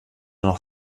noch